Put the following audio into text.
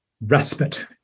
respite